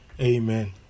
Amen